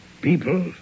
people